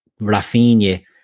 Rafinha